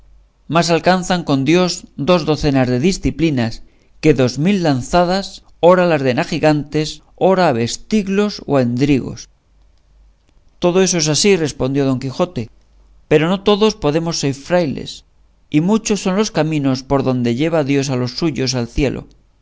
mas alcanzan con dios dos docenas de diciplinas que dos mil lanzadas ora las den a gigantes ora a vestiglos o a endrigos todo eso es así respondió don quijote pero no todos podemos ser frailes y muchos son los caminos por donde lleva dios a los suyos al cielo